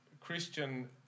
Christian